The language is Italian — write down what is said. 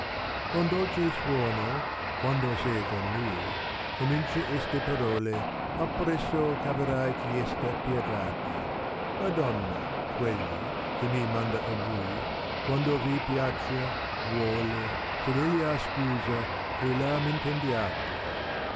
con dolce suono quando ie con lai comincia este parole appresso eh averai chiesta pietate madonna quegli che mi manda a vui quando vi piaccia vnole sed egli ha scusa che la m intendiate